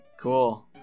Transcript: Cool